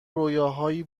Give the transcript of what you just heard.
رویاهای